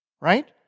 Right